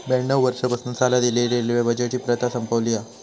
ब्याण्णव वर्षांपासना चालत इलेली रेल्वे बजेटची प्रथा संपवली हा